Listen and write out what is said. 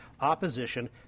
opposition